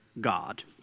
God